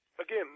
again